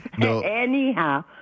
Anyhow